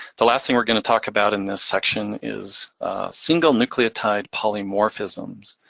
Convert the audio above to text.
the last thing we're gonna talk about in this section is single-nucleotide polymorphisms.